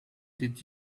did